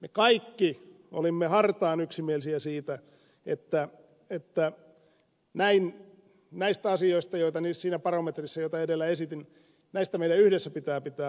me kaikki olimme hartaan yksimielisiä siitä että näistä asioista joita siinä barometrissä oli ja joita edellä esitin meidän yhdessä pitää pitää huolta